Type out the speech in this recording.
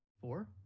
Four